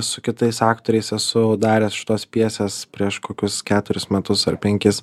su kitais aktoriais esu daręs šitos pjesės prieš kokius keturis metus ar penkis